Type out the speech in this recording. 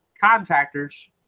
contractors